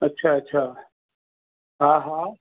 अच्छा अच्छा हा हा